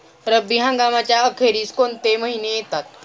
रब्बी हंगामाच्या अखेरीस कोणते महिने येतात?